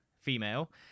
female